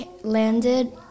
landed